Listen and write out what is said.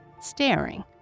staring